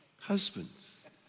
husbands